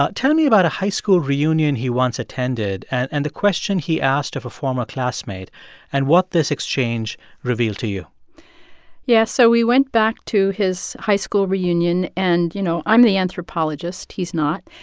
ah tell me about a high school reunion he once attended and and the question he asked of a former classmate and what this exchange revealed to you yeah, so we went back to his high school reunion. and, you know, i'm the anthropologist. he's not.